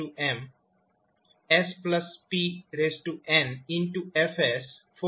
dmdsmspn F| s pબનશે